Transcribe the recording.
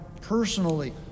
personally